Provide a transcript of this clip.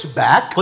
back